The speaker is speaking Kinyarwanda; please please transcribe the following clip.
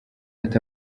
ati